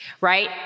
Right